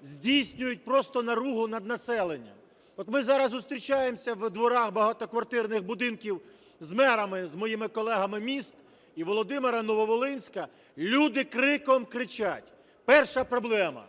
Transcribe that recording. здійснюють просто наругу над населенням. От ми зараз зустрічаємося у дворах багатоквартирних будинків з мерами з моїми колегами міст і Володимира, і Нововолинська, люди криком кричать. Перша проблема.